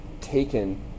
taken